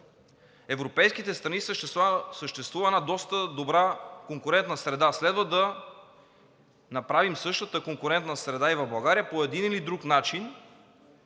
европейските страни съществува една доста добра конкурентна среда. Следва да направим същата конкурентна среда и в България по един или друг начин.